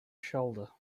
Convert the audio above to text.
shoulder